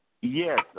Yes